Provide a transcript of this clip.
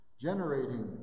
generating